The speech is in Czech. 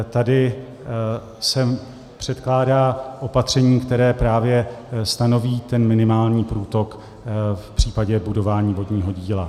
Tady předkládá opatření, které právě stanoví ten minimální průtok v případě budování vodního díla.